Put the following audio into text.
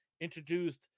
introduced